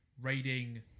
raiding